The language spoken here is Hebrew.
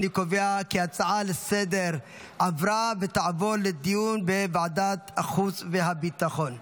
אני קובע כי ההצעה לסדר-היום עברה ותעבור לדיון בוועדת החוץ והביטחון.